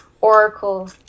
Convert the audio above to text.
Oracle